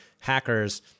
hackers